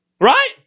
right